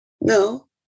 No